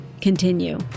continue